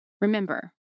Remember